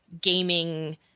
gaming